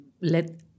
let